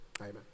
Amen